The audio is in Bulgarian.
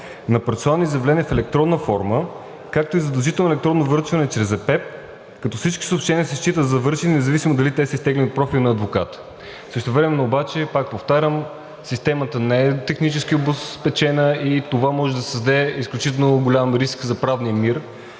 на процесуални заявления в електронна форма, както и задължително електронно връчване чрез ЕПЕП – Единния портал за електронно правосъдие, като всички съобщения се считат за завършени, независимо дали те са изтеглени от профила на адвоката. Същевременно обаче, пак повтарям, системата не е технически обезпечена и това може да създаде изключително голям риск за правния мир.